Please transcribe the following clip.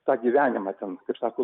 tą gyvenimą ten kaip sako